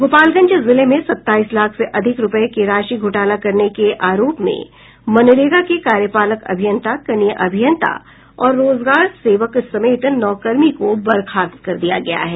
गोपालगंज जिले में सत्ताईस लाख से अधिक रूपये के राशि घोटाला करने के आरोप में मनरेगा के कार्यपालक अभियंता कनीय अभियंता और रोजगार सेवक समेत नौ कर्मी को बर्खास्त कर दिया गया है